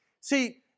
See